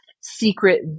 secret